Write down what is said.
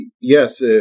yes